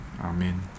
Amen